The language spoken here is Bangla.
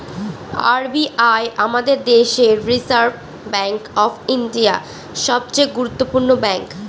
আর বি আই আমাদের দেশের রিসার্ভ ব্যাঙ্ক অফ ইন্ডিয়া, সবচে গুরুত্বপূর্ণ ব্যাঙ্ক